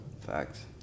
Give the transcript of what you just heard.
Facts